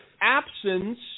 absence